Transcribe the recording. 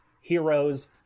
Heroes